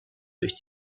durch